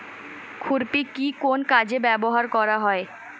খুরপি কি কোন কাজে ব্যবহার করা হয়?